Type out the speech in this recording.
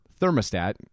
thermostat